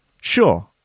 Sure